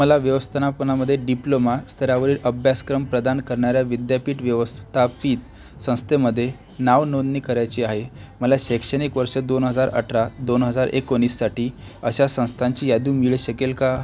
मला व्यवस्थापनामधे डिप्लोमा स्तरावरील अभ्यासक्रम प्रदान करणाऱ्या विद्यापीठ व्यवस्थापि संस्थेमधे नावनोंदणी करायची आहे मला शैक्षणिक वर्ष दोन हजार अठरा दोन हजार एकोणीससाठी अशा संस्थांची यादी मिळू शकेल का